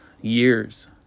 years